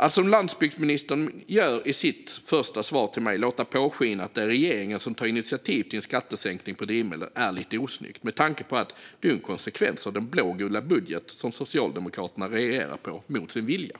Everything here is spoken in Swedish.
Att som landsbygdsministern gör i sitt första svar till mig, alltså låta påskina att det är regeringen som tar initiativ till en skattesänkning på drivmedel, är lite osnyggt med tanke på att det är en konsekvens av den blågula budget som Socialdemokraterna regerar på mot sin vilja.